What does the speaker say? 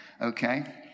okay